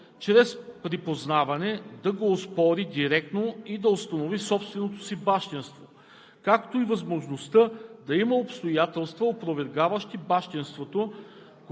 предполагаемият биологичен баща на дете, чийто произход вече е бил установен чрез припознаване, да го оспори директно и да установи собственото си бащинство,